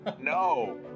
No